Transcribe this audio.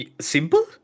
Simple